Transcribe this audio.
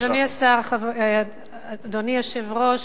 אדוני היושב-ראש,